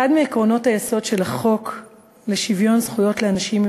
אחד מעקרונות היסוד של החוק לשוויון זכויות לאנשים עם